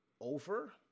over